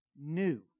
new